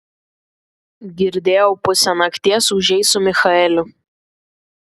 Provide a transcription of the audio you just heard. girdėjau pusę nakties ūžei su michaeliu